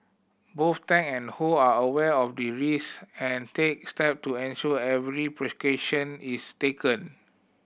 both Tang and Ho are aware of the risk and take step to ensure every precaution is taken